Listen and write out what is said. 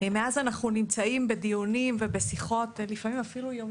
מאז אנחנו נמצאים בדיונים ובשיחות לפעמים אפילו יום